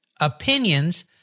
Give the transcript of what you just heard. opinions